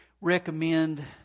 recommend